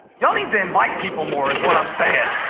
y'all need to invite people more is what i'm saying.